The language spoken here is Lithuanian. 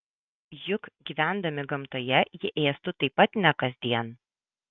juk gyvendami gamtoje jie ėstų taip pat ne kasdien